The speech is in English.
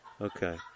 Okay